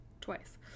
twice